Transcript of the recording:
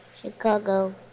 chicago